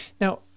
Now